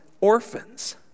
orphans